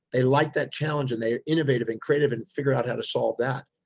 they liked that challenge and they are innovative and creative and figure out how to solve that.